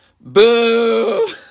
boo